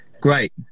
great